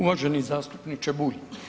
Uvaženi zastupniče Bulj.